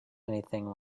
anything